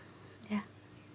ya